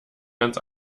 ganz